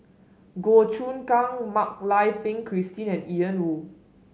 Goh Choon Kang Mak Lai Peng Christine and Ian Woo